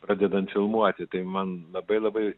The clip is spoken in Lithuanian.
pradedant filmuoti tai man labai labai